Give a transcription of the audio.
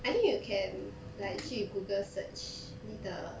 I think you can like 去 google search 你的